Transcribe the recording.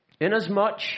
Inasmuch